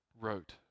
wrote